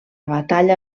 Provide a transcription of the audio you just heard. batalla